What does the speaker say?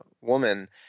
woman